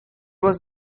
was